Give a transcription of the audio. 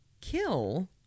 kill